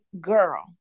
girl